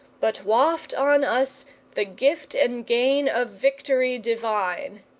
but waft on us the gift and gain of victory divine!